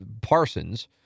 Parsons